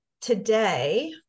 today